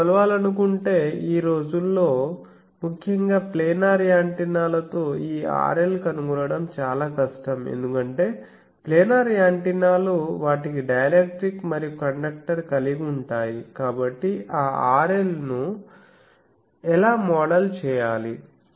మీరు కొలవాలనుకుంటే ఈ రోజుల్లో ముఖ్యంగా ప్లానర్ యాంటెన్నాలతో ఈ RL కనుగొనడం చాలా కష్టం ఎందుకంటే ప్లానార్ యాంటెన్నాలు వాటికి డైఎలక్ట్రిక్ మరియు కండక్టర్ కలిగివుంటాయి కాబట్టి ఆ RL ను ఎలా మోడల్ చేయాలి